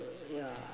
err yeah